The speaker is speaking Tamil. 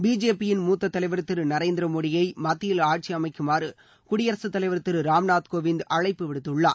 பிஜேபியின் மூத்த தலைவர் திரு நரேந்திர மோடியை மத்தியில் ஆட்சி அமைக்குமாறு குடியரசுத் தலைவர் திரு ராம்நாத் கோவிந்த் அழைப்பு விடுத்துள்ளார்